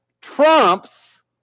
trumps